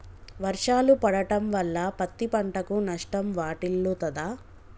వర్షాలు పడటం వల్ల పత్తి పంటకు నష్టం వాటిల్లుతదా?